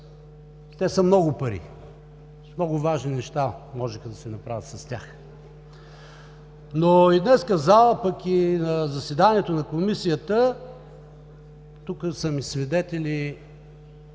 много пари, а много важни неща можеха да се направят с тях. Но и днес в залата, пък и на заседанието на Комисията – тук са свидетели